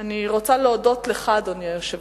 אני רוצה להודות לך, אדוני היושב-ראש,